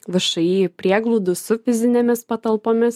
vši prieglaudų su fizinėmis patalpomis